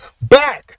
back